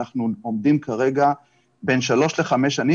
אנחנו עומדים כרגע בין שלוש לחמש שנים